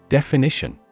Definition